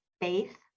faith